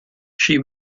she